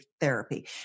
therapy